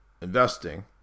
investing